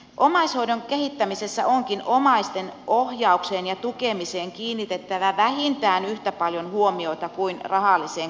omaishoidon kehittämisessä onkin omaisten ohjaukseen ja tukemiseen kiinnitettävä vähintään yhtä paljon huomiota kuin rahalliseen korvaukseen